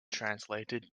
translated